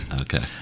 Okay